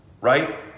right